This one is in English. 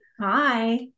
Hi